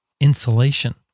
insulation